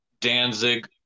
Danzig